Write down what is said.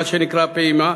מה שנקרא "פעימה",